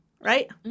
right